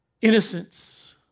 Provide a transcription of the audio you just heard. Innocence